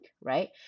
right